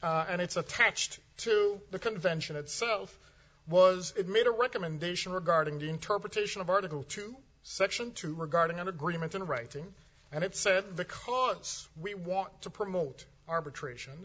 and it's attached to the convention itself was it made a recommendation regarding the interpretation of article two section two regarding an agreement in writing and it said the clause we want to promote arbitration